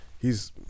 He's-